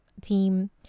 team